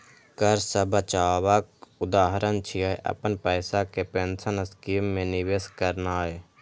कर सं बचावक उदाहरण छियै, अपन पैसा कें पेंशन स्कीम मे निवेश करनाय